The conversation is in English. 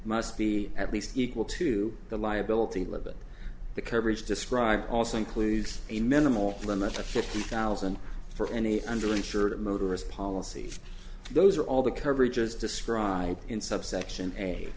must be at least equal to the liability limit the coverage described also includes a minimal limit of fifty thousand for any under insured motorists policy those are all the coverages described in subsection